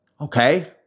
Okay